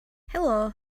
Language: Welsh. helo